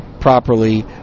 properly